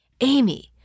Amy